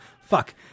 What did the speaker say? fuck